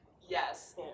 Yes